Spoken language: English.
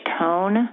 tone